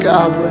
God